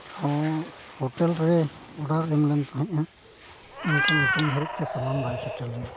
ᱦᱚᱸ ᱦᱳᱴᱮᱞ ᱨᱮ ᱚᱰᱟᱨ ᱮᱢ ᱞᱮᱱ ᱛᱟᱦᱮᱸᱫᱼᱟ ᱢᱮᱱᱠᱷᱟᱱ ᱱᱤᱛᱚᱜ ᱫᱷᱟᱹᱵᱤᱡ ᱛᱮ ᱥᱟᱢᱟᱱ ᱵᱟᱭ ᱥᱮᱴᱮᱨ ᱞᱮᱱᱟ